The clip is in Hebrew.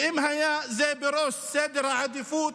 ואם זה היה בראש סדר העדיפות,